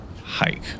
hike